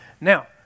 Now